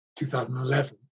2011